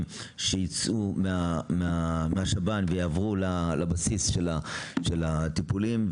שיצאו מהשב"ן ויעברו לבסיס של הטיפולים,